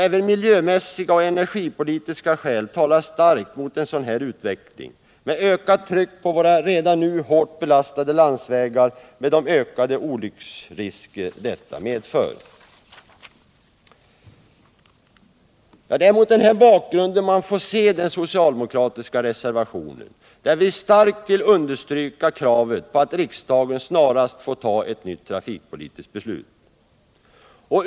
Även miljömässiga och energipolitiska skäl talar starkt mot en sådan här utveckling med ökat tryck på våra redan nu hårt belastade landsvägar och de ökade olycksrisker detta medför. Det är mot denna bakgrund man får se den socialdemokratiska reservationen, i vilken vi starkt understryker kravet på att riksdagen snarast får ta ett nytt trafikpolitiskt beslut.